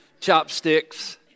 chopsticks